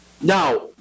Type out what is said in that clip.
Now